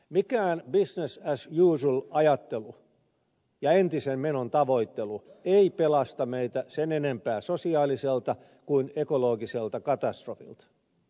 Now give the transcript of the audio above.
mikään business as usual ajattelu ja entisen menon tavoittelu ei pelasta meitä sen enempää sosiaaliselta kuin ekologiselta katastrofilta